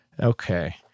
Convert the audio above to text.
Okay